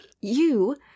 You